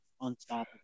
unstoppable